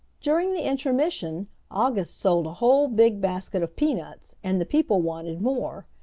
during the intermission august sold a whole big basket of peanuts, and the people wanted more.